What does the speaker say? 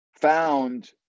found